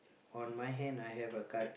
on my hand I have a card